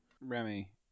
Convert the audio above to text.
Remy